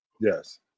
Yes